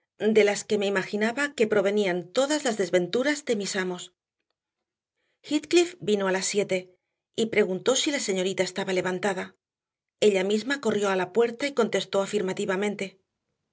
de las que me imaginaba que provenían todas las desventuras de mis amos heathcliff vino a las siete y preguntó si la señorita estaba levantada ella misma corrió a la puerta y contestó afirmativamente